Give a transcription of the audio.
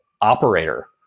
operator